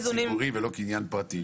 יש פה קניין ציבורי ולא קניין פרטי.